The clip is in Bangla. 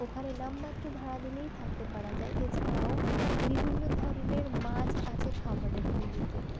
ওখানে নামমাত্র ভাড়া দিলেই থাকতে পারা যায় এছাড়াও বিভিন্ন ধরনের মাছ আছে খাবারের মেনুতে